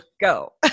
go